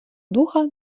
духа